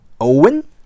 Owen